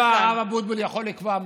ממילא לא הרב אבוטבול יכול לקבוע.